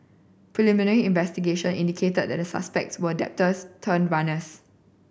preliminary investigation indicated that the suspects were debtors turned runners